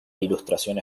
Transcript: ilustración